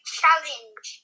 challenge